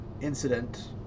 incident